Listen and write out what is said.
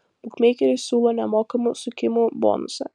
bukmeikeris siūlo nemokamų sukimų bonusą